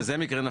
וזה מקרה נפוץ.